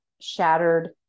shattered